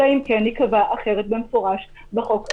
אלא אם ייקבע אחרת במפורש בחוק הזה.